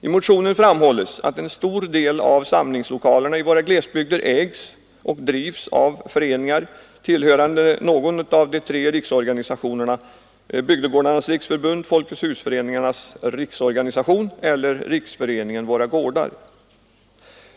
I motionen framhålles att en stor del av samlingslokalerna i våra glesbygder ägs och drivs av föreningar tillhörande någon av de tre riksorganisationerna Bygdegårdarnas riksförbund, Folkets Husföreningarnas riksorganisation eller Riksföreningen Våra gårdar.